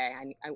okay